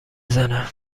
زنه